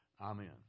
Amen